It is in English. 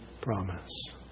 promise